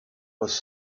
was